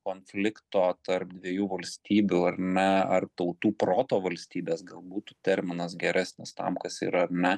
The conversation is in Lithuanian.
konflikto tarp dviejų valstybių ar ne ar tautų proto valstybės gal būt terminas geresnis tam kas yra ar ne